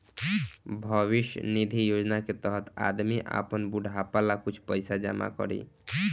भविष्य निधि योजना के तहत आदमी आपन बुढ़ापा ला कुछ पइसा जमा करी